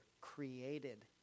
created